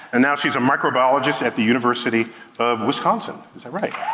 and now she's a microbiologist at the university of wisconsin. is that right?